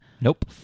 Nope